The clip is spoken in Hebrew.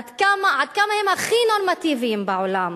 עד כמה הם הכי נורמטיביים בעולם